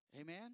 Amen